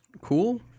cool